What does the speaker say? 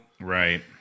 right